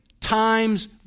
times